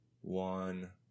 one